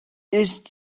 ist